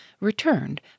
returned